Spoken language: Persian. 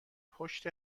پشت